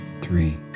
three